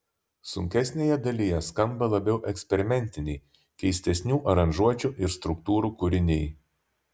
sunkesnėje dalyje skamba labiau eksperimentiniai keistesnių aranžuočių ir struktūrų kūriniai